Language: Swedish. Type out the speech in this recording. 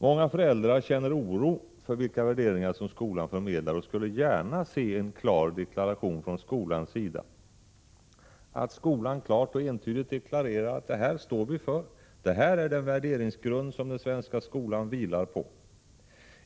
Många föräldrar känner oro för vilka värderingar som skolan förmedlar och skulle gärna se en klar deklaration från skolans sida, att skolan klart och entydigt deklarerar: Det här står vi för, det här är den värderingsgrund som den svenska skolan vilar på.